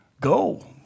Go